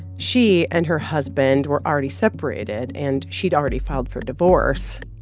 she and her husband were already separated, and she'd already filed for divorce.